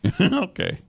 Okay